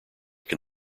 can